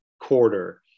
quarter